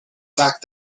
fact